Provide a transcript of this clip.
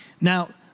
Now